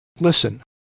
Listen